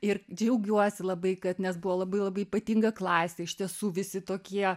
ir džiaugiuosi labai kad nes buvo labai labai ypatinga klasė iš tiesų visi tokie